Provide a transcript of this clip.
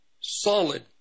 solid